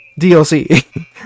DLC